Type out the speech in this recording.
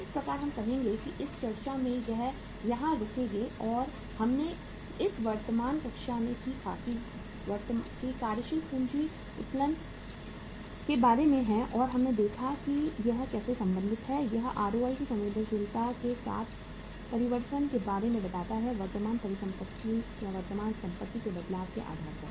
इस प्रकार हम कहेंगे कि इस चर्चा में हम यहां रुकेंगे और हमने इस वर्तमान कक्षा में सीखा है जो कार्यशील पूंजी उत्तोलन के बारे में है और हमने देखा है कि यह कैसे संबंधित है यह आरओआई की संवेदनशीलता के साथ परिवर्तन के बारे में बताता है वर्तमान संपत्ति में बदलाव के आधार पर